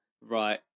Right